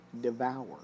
devour